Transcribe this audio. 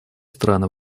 страны